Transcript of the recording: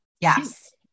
Yes